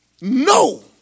no